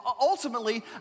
ultimately